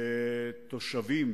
ביקורים לתושבים